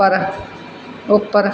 ਪਰ ਉੱਪਰ